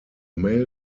male